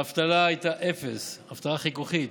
האבטלה הייתה אפס, אבטלה חיכוכית.